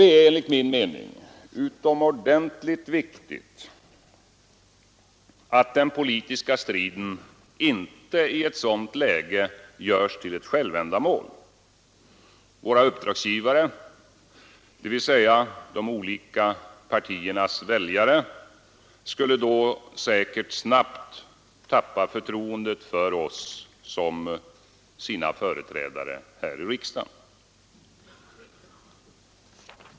Det är enligt min mening utomordentligt viktigt att den politiska striden inte i ett sådant läge görs till ett självändamål. Våra uppdragsgivare, dvs. de olika partiernas väljare, skulle då säkert snabbt tappa förtroendet för oss som sina företrädare i riksdagen.